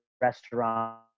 restaurant